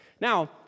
Now